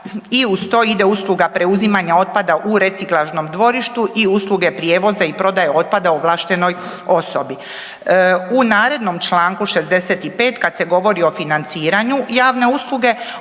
i uz to ide usluga preuzimanja otpada u reciklažnom dvorištu i usluge prijevoza i prodaje otpada ovlaštenoj osobi. U narednom Članku 65. kad se govori o financiranju javne usluge